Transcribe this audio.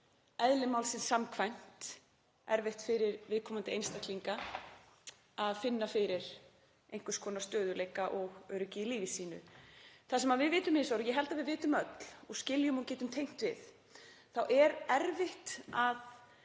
eðli málsins samkvæmt erfitt fyrir viðkomandi einstaklinga að finna fyrir einhvers konar stöðugleika og öryggi í lífi sínu. Það sem við vitum hins vegar og ég held að við vitum öll og skiljum og getum tengt við er að það er erfitt að